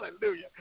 Hallelujah